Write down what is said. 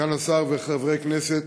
סגן השר וחברי הכנסת,